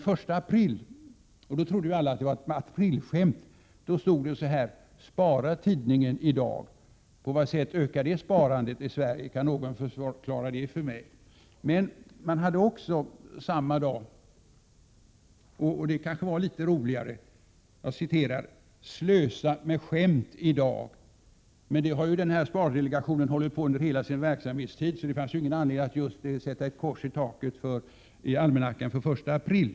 Den 1 april — alla trodde att det var ett aprilskämt — stod det så här i en annons: ”Spara tidningen idag.” På vilket sätt ökar det sparandet i Sverige? Kan någon förklara det för mig? Samma dag kunde man läsa följande annons, som kanske är litet roligare: ”Slösa med skämt idag.” Det har den här spardelegationen hållit på med under hela sin verksamhetstid, varför det inte fanns anledning att sätta ett kors i taket i almanackan för den 1 april.